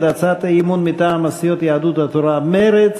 הצעת האי-אמון מטעם הסיעות יהדות התורה ומרצ: